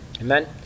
Amen